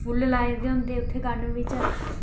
फुल्ल लाये दे होंदे उत्थै गॉर्डन बिच